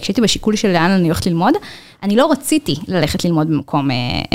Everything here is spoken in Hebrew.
כשהייתי בשיקול לאן אני הולכת ללמוד, אני לא רציתי ללכת ללמוד במקום